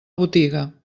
botiga